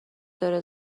داره